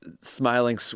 smiling